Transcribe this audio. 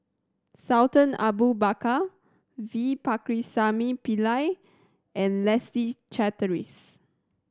Sultan Abu Bakar V Pakirisamy Pillai and Leslie Charteris